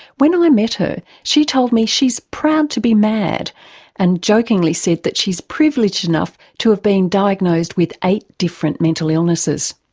when i met her she told me she's proud to be mad and jokingly said that she's privileged enough to have been diagnosed with eight different mental illnesses.